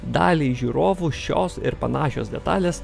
daliai žiūrovų šios ir panašios detalės